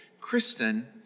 Kristen